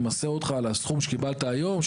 נמסה אותך על הסכום שקיבלת היום.